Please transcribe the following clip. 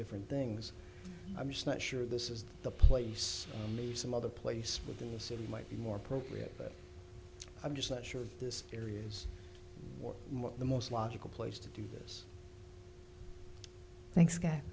different things i'm just not sure this is the place some other place within the city might be more appropriate but i'm just not sure this area is the most logical place to do this thank